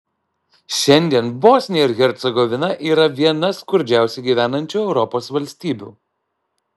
šiandien bosnija ir hercegovina yra viena skurdžiausiai gyvenančių europos valstybių